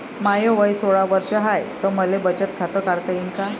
माय वय सोळा वर्ष हाय त मले बचत खात काढता येईन का?